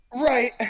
Right